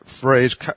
phrase